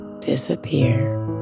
disappear